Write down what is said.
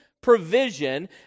provision